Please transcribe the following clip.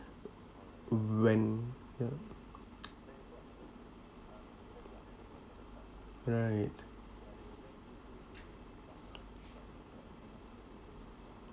when right